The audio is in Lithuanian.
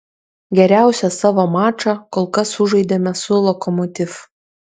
geriausią savo mačą kol kas sužaidėme su lokomotiv